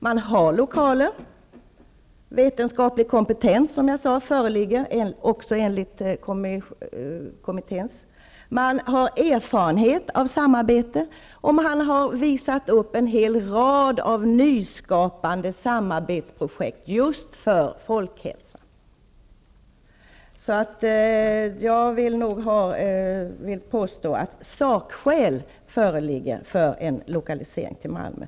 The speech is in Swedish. Det finns lokaler, vetenskaplig kompetens -- enligt kommitténs utsago -- och erfarenhet av samarbete. En hel rad av nyskapande samarbetsprojekt har visats upp med tanke på just folkhälsan. Jag vill därför påstå att det föreligger sakskäl för en lokalisering till Malmö.